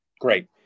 Great